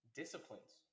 disciplines